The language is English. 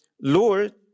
Lord